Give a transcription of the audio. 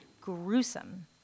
gruesome